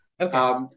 Okay